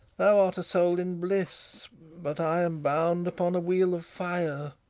thou art a soul in bliss but i am bound upon a wheel of fire,